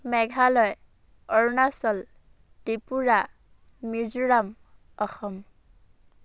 Meghalaya Arunachal Tripura Mizoram Assam